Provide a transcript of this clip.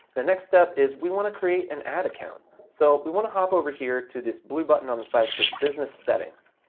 the next step is, we wanna create an ad account. so, we wanna hop over here to this blue button on the side that says business settings.